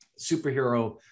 superhero